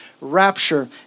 rapture